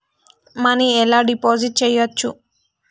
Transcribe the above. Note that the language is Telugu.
మనీ ఎలా డిపాజిట్ చేయచ్చు?